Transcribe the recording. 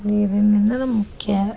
ನೀರಿಲಿಂದನೇ ಮುಖ್ಯ